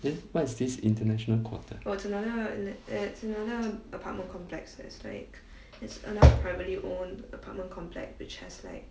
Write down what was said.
then what is this international quarter